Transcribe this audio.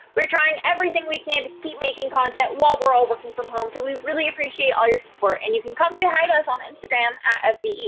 we're trying everything we can to keep making content while we're all working from home, so we really appreciate all your support. and you can come say hi to us on instagram, ah fbe.